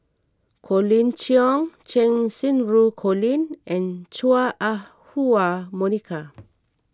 Colin Cheong Cheng Xinru Colin and Chua Ah Huwa Monica